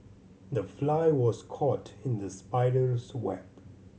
the fly was caught in the spider's web